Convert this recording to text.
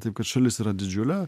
taip kad šalis yra didžiulė